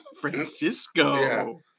Francisco